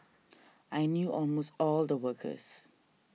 I knew almost all the workers